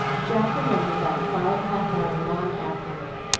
jack remembered that quiet half-hour long afterward,